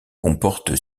comporte